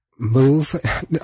move